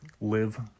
live